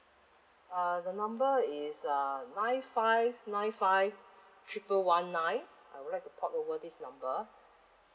uh the number is uh nine five nine five triple one nine I would like to port over this number